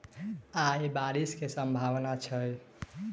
आय बारिश केँ सम्भावना छै?